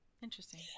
Interesting